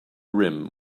rim